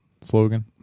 slogan